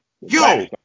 yo